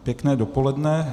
Pěkné dopoledne.